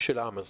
של העם הזה.